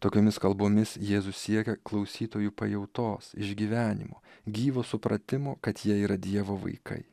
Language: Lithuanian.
tokiomis kalbomis jėzus siekė klausytojų pajautos išgyvenimo gyvo supratimo kad jie yra dievo vaikai